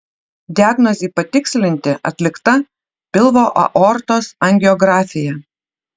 diagnozei patikslinti atlikta pilvo aortos angiografija